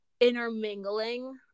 intermingling